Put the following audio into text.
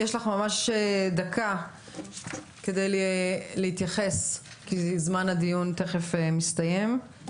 יש לך דקה להתייחס כי זמן הדיון תיכף מסתיים.